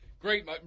Great –